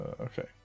Okay